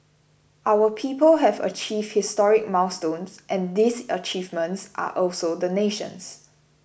our people have achieved historic milestones and these achievements are also the nation's